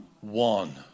one